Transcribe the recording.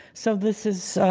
so this is